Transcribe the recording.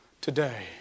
today